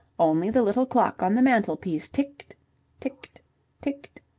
only the little clock on the mantelpiece ticked ticked ticked,